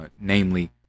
namely